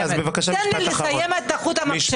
תן לי לסיים את חוט המחשבה.